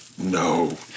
No